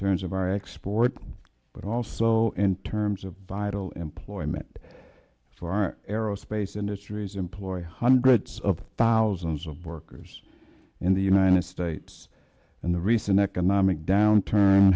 terms of our exports but also in terms of vital employment for our aerospace industries employ hundreds of thousands of workers in the united states and the recent economic downturn